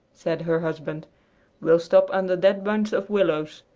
said her husband we'll stop under that bunch of willows.